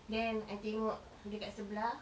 then I tengok dekat sebelah